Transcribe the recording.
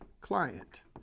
client